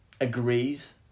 agrees